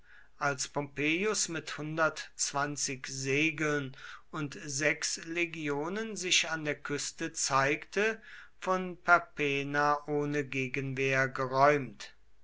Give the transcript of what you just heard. als pompeius mit segeln und sechs legionen sich an der küste zeigte von perpenna ohne gegenwehr geräumt